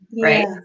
right